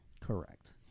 Correct